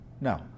No